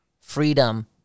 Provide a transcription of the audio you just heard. freedom